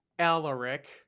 alaric